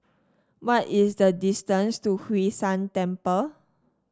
what is the distance to Hwee San Temple